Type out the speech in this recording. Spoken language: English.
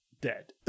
dead